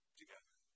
together